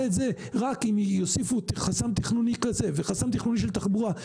את זה רק אם יוסיפו חסם תכנוני כזה וחסם תכנוני של תחבורה',